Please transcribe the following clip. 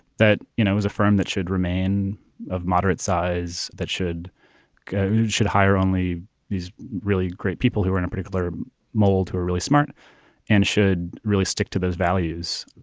that you know was a firm that should remain of moderate size, that should should hire only these really great people who are in a particular mold, who are really smart and should really stick to those values,